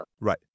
Right